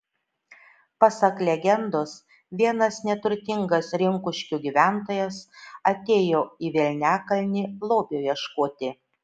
pasak legendos vienas neturtingas rinkuškių gyventojas atėjo į velniakalnį lobio ieškoti